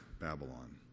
Babylon